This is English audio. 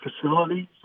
facilities